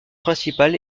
principal